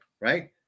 right